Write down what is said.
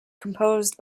composed